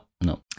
no